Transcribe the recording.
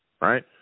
Right